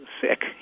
sick